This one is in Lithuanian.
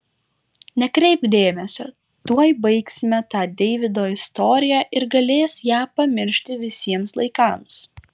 nekreipk dėmesio tuoj baigsime tą deivydo istoriją ir galės ją pamiršti visiems laikams